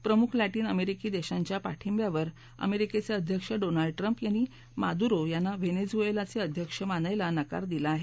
प्रमुख लैटिन अमेरीकी देशांच्या पाठिंब्यावर अमेरिकेचे अध्यक्ष डोनाल्ड ट्रम्प यांनी मेडुरो यांना वेनेजुएलाचे अध्यक्ष मानायला नकार दिला आहे